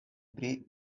pri